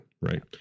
right